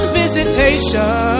visitation